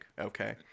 okay